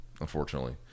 unfortunately